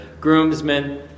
groomsmen